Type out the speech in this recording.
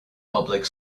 public